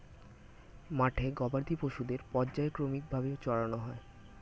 মাঠে গবাদি পশুদের পর্যায়ক্রমিক ভাবে চরানো হয়